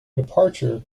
departure